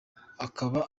akaba